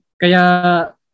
kaya